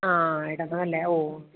ആ ഇടണമല്ലേ ഓഹ്